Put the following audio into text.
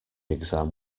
exam